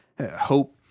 Hope